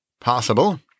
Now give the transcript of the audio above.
Possible